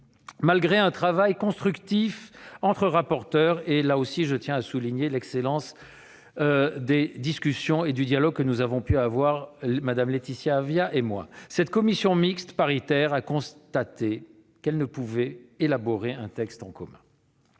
Malgré un travail constructif entre rapporteurs- je tiens à souligner l'excellence du dialogue que nous avons pu entretenir, Mme Laetitia Avia et moi -, cette commission mixte paritaire a constaté qu'elle ne pouvait élaborer un texte commun.